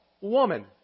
woman